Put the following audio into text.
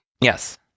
Yes